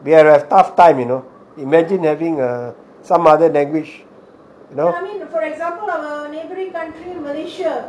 we are a tough time you know imagine having some other language